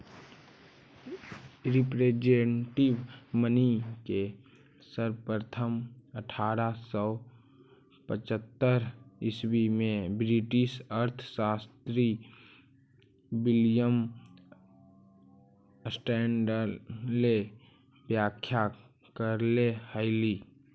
representative money के सर्वप्रथम अट्ठारह सौ पचहत्तर ईसवी में ब्रिटिश अर्थशास्त्री विलियम स्टैंडले व्याख्या करले हलई